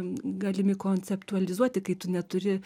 galimi konceptualizuoti kai tu neturi